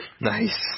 Nice